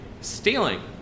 stealing